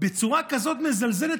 בצורה כזאת מזלזלת,